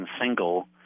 single